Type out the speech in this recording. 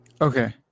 Okay